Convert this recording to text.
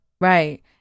Right